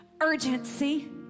Urgency